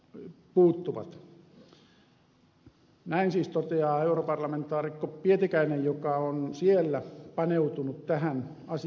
näin siis toteaa europarlamentaarikko pietikäinen joka on siellä paneutunut tähän asiakokonaisuuteen